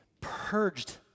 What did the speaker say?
purged